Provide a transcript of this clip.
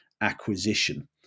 acquisition